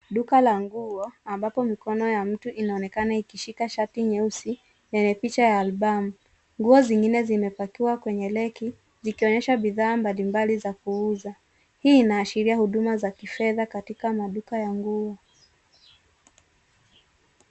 Duka la nguo , ambapo mikono ya mtu inaonekana ikishika shati nyeusi, yenye picha ya albamu. Nguo zingine zimepakiwa kwenye reki zikionyesha bidhaa mbalimbali za kuuza. Hii inaashiria huduma za kifedha katika maduka ya nguo.